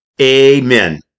amen